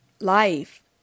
life